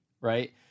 right